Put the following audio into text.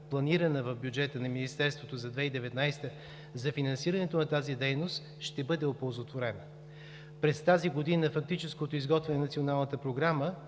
планирана в бюджета на Министерството за 2019 г. за финансирането на тази дейност, ще бъде оползотворена. През тази година фактическото изготвяне на Националната програма